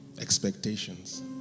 expectations